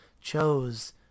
chose